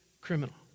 criminal